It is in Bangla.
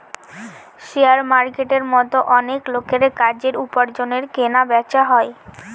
শেয়ার মার্কেটের মতো অনেক লোকের কাজের, উপার্জনের কেনা বেচা হয়